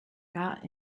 got